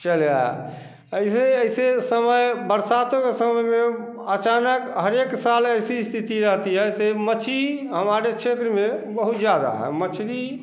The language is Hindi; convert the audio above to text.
चले आई ऐसे ऐसे समय बरसातों के समय में अचानक हर एक साल ऐसी स्थिति रहती है ऐसे मच्छली हमारे क्षेत्र में बहुत ज़्यादा है मछली